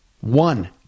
One